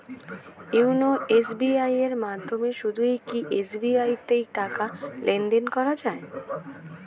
YONO SBI এর মাধ্যমে শুধুই কি এস.বি.আই তে টাকা লেনদেন করা যায়?